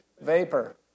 vapor